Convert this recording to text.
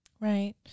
right